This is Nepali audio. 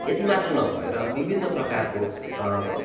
यति मात्र नभएर विभिन्न प्रकारको